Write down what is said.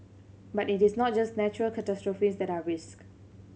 but it is not just natural catastrophes that are risk